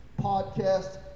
podcast